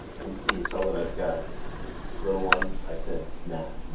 can you can you tell that i've got little ones? i said snack.